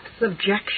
subjection